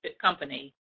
company